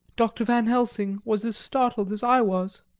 dr. van helsing was as startled as i was.